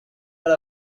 are